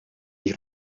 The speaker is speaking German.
die